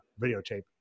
videotape